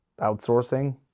outsourcing